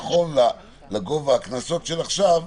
נכון לגובה הקנסות של עכשיו,